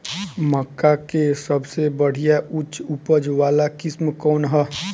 मक्का में सबसे बढ़िया उच्च उपज वाला किस्म कौन ह?